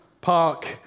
park